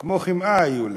כמו חמאה היו לה: